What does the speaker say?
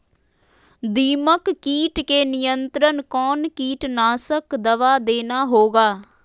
दीमक किट के नियंत्रण कौन कीटनाशक दवा देना होगा?